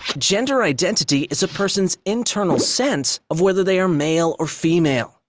gender identity is a person's internal sense of whether they are male or female.